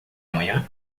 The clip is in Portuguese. amanhã